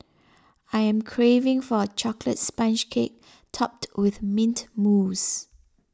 I am craving for a Chocolate Sponge Cake Topped with Mint Mousse